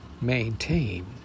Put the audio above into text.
maintain